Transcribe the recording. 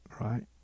right